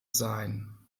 sein